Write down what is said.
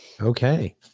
Okay